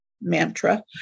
mantra